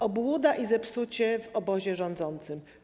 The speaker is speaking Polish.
Obłuda i zepsucie w obozie rządzącym.